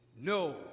no